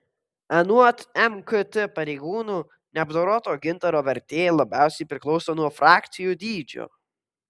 anot mkt pareigūnų neapdoroto gintaro vertė labiausiai priklauso nuo frakcijų dydžio